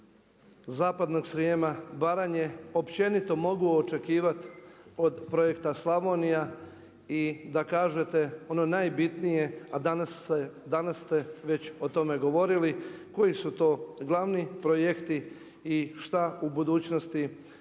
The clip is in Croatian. Zapadnog Srijema, Baranje općenito mogu očekivati od Projekta Slavonija i da kažete ono najbitnije, a danas ste već o tome govorili koji su to glavni projekti i šta u budućnosti